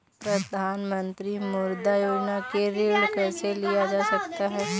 प्रधानमंत्री मुद्रा योजना से ऋण कैसे लिया जा सकता है?